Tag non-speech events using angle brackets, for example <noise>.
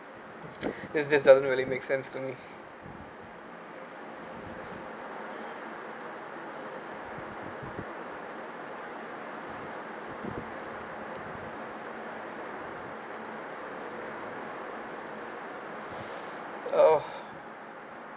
<breath> this just doesn't really make sense to me oh